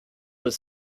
was